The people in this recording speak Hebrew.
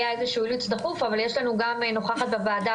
אבל יש לנו גם נוכחת בוועדה,